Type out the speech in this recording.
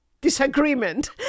disagreement